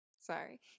sorry